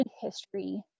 history